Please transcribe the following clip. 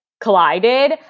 collided